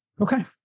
Okay